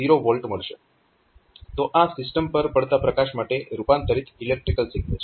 તો આ સિસ્ટમ પર પડતા પ્રકાશ માટે રૂપાંતરીત ઈલેક્ટ્રીકલ સિગ્નલ છે